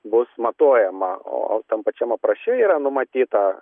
bus matuojama o tam pačiam apraše yra numatyta